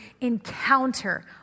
encounter